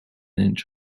inch